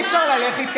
אי-אפשר ללכת,